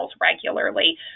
regularly